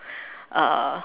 uh